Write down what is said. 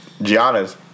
Giannis